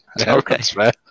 okay